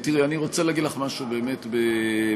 אני רוצה להגיד לך משהו באמת בכנות.